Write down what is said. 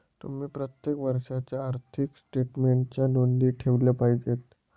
तुम्ही प्रत्येक वर्षाच्या आर्थिक स्टेटमेन्टच्या नोंदी ठेवल्या पाहिजेत